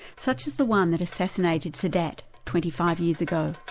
such as the one that assassinated sadat twenty five years ago.